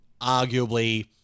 Arguably